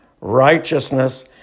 righteousness